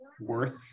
worth